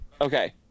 Okay